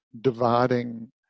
dividing